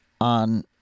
on